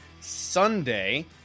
Sunday